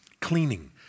cleaning